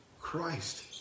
Christ